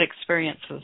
experiences